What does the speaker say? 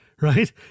right